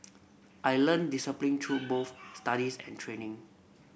I learnt discipline through both studies and training